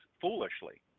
foolishly